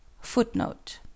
footnote